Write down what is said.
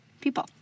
people